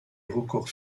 records